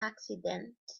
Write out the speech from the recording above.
accident